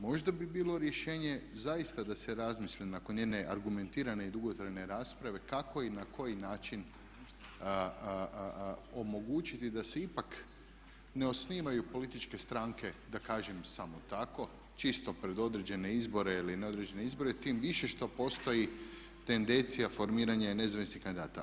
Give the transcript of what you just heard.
Možda bi bilo rješenje zaista da se razmisli nakon jedne argumentirane i dugotrajne rasprave kako i na koji način omogućiti da se ipak ne osnivaju političke stranke, da kažem samo tako, čisto pred određene izbore ili neodređene izbore tim više što postoji tendencija formiranja nezavisnih kandidata.